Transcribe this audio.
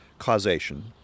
causation